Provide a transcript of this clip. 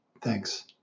Thanks